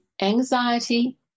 anxiety